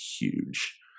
huge